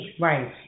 Right